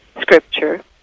scripture